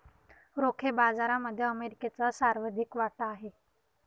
रोखे बाजारामध्ये अमेरिकेचा सर्वाधिक वाटा आहे